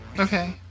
Okay